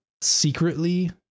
secretly